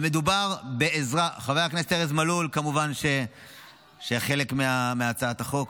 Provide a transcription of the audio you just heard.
חבר הכנסת ארז מלול, כמובן, שהיה חלק מהצעת החוק.